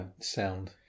sound